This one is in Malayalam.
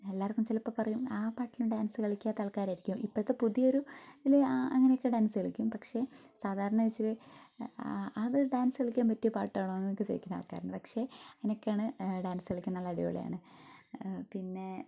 എല്ലാവർക്കും ചിലപ്പോൾ പറയും ആ പാട്ടിനു ഡാൻസ് കളിക്കാത്ത ആൾക്കാരായിരിക്കും ഇപ്പോഴത്തെ പുതിയൊരു ഇതിൽ അങ്ങനൊക്കെ ഡാൻസ് കളിക്കും പക്ഷേ സാധാരണ വച്ചാൽ ആ അതൊരു ഡാൻസ് കളിക്കാൻ പറ്റിയ പാട്ടാണൊ അങ്ങനെയൊക്കെ ചോദിക്കണ ആൾക്കാരുണ്ട് പക്ഷേ അങ്ങനെയൊക്കെയാണ് ഡാൻസ് കളിക്കാൻ നല്ല അടിപൊളിയാണ് പിന്നെ